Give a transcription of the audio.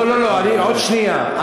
לא, עוד שנייה.